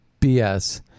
BS